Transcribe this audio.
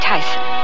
Tyson